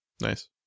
Nice